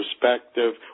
perspective